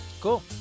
cool